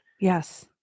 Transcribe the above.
Yes